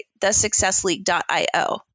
thesuccessleague.io